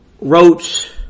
wrote